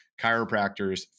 chiropractors